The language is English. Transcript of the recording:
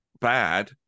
bad